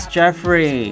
Jeffrey